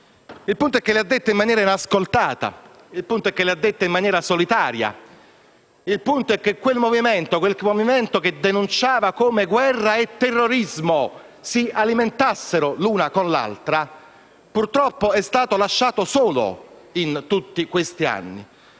Il punto è che le ha dette in maniera inascoltata, in maniera solitaria. Il punto è che quel Movimento, che denunciava come guerra e terrorismo si alimentassero l'una con l'altro, purtroppo è stato lasciato solo in tutti questi anni.